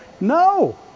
no